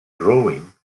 drawing